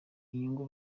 inyungu